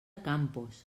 campos